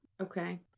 Okay